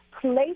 place